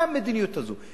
מה המדיניות הזאת?